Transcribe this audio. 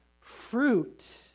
fruit